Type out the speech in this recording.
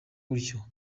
gutyo